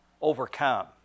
overcome